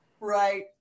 Right